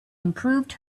improved